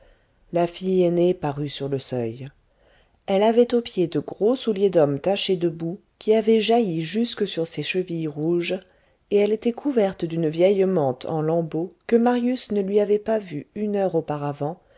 la fille aînée parut sur le seuil elle avait aux pieds de gros souliers d'homme tachés de boue qui avait jailli jusque sur ses chevilles rouges et elle était couverte d'une vieille mante en lambeaux que marius ne lui avait pas vue une heure auparavant